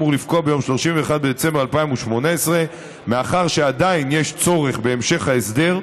אמור לפקוע ביום 31 בדצמבר 2018. מאחר שעדיין יש צורך בהמשך ההסדר,